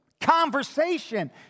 Conversation